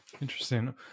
Interesting